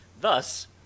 Thus